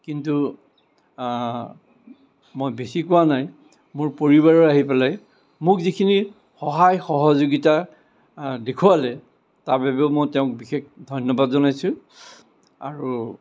কিন্তু মই বেছি কোৱা নাই মোৰ পৰিবাৰে আহি পেলাই মোক যিখিনি সহায় সহযোগিতা দেখুৱালে তাৰবাবেও মই তেওঁক বিশেষ ধন্যবাদ জনাইছোঁ আৰু